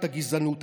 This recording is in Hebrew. את הגזענות.